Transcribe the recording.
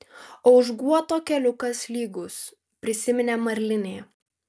o už guoto keliukas lygus prisiminė marlinė